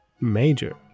major